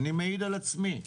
אני מעיד על עצמי.